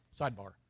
Sidebar